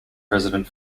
president